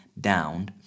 down